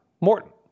Morton